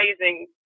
amazing